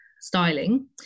styling